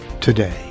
today